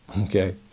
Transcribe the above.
Okay